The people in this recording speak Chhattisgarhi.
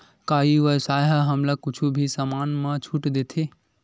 का ई व्यवसाय ह हमला कुछु भी समान मा छुट देथे?